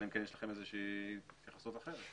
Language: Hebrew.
אלא אם יש לכם איזה שהיא התייחסות אחרת.